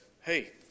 hey